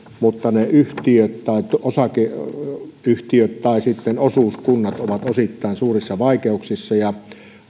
mutta ne osakeyhtiöt tai sitten osuuskunnat ovat osittain suurissa vaikeuksissa ja